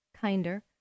kinder